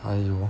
!aiyo!